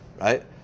right